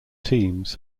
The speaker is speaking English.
teams